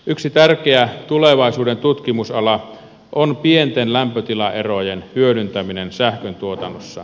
yksi tärkeä tulevaisuuden tutkimusala on pienten lämpötilaerojen hyödyntäminen sähköntuotannossa